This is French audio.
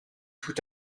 tout